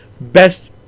best